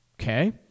okay